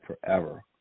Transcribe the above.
forever